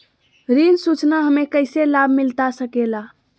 ऋण सूचना हमें कैसे लाभ मिलता सके ला?